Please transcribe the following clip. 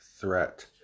threat